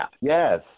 Yes